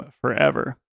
forever